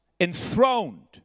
enthroned